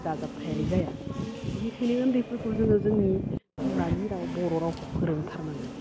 दाजाबथायारि जाया बिनिखायनो उन्दैफोरखौ जोङो जोनि बिमानि राव बर' रावखौ फोरोंथारनांगोन